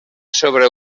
sobre